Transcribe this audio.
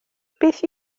beth